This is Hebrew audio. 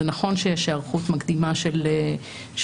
זה נכון שיש היערכות מקדימה של שב"ס,